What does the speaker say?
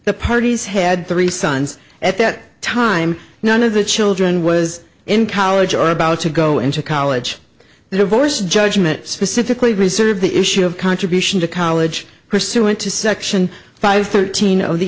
the parties had three sons at that time none of the children was in college or about to go into college the divorce judgment specifically reserved the issue of contribution to college pursuant to section five thirteen of the